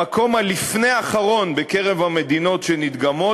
למקום הלפני-אחרון בקרב המדינות שנדגמות.